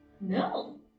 No